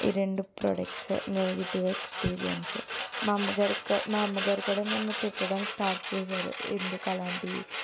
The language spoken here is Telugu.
ఈ రెండు ప్రొడక్ట్స్ నెగెటివ్ ఎక్స్పీరియన్స్ మా అమ్మగారి కూడా మా అమ్మగారు కూడా నన్ను తిట్టడం స్టార్ట్ చేసారు ఎందుకు అలాంటివి